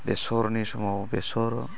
बेसरनि समाव बेसर